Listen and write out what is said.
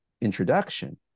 introduction